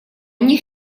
них